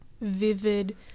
vivid